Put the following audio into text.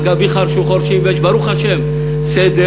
"על גבי חרשו חורשים" ויש ברוך השם סדר,